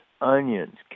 onions